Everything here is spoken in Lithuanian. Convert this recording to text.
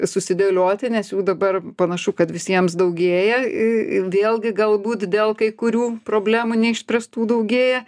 susidėlioti nes jų dabar panašu kad visiems daugėja i vėlgi galbūt dėl kai kurių problemų neišspręstų daugėja